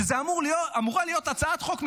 שזאת אמורה להיות הצעת חוק ממשלתית,